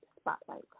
spotlight